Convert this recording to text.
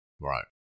Right